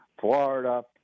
Florida